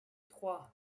trois